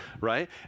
right